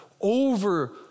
over